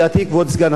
כבוד סגן השר,